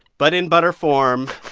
but in butter form,